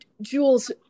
jules